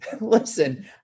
listen